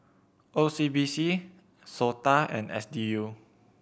O C B C SOTA and S D U